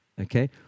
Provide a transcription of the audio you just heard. Okay